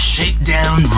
Shakedown